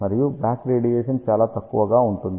మరియు back radiation చాలా తక్కువగా ఉంటుంది